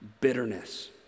Bitterness